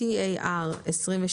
TAR-23